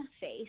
face